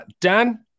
dan